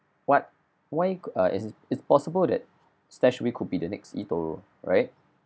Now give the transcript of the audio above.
what why err it's it's possible that StashAway could be the next eToro right